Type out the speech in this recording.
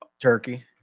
turkey